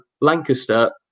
Lancaster